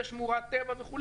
בשמורת טבע וכו'.